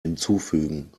hinzufügen